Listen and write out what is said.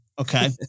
Okay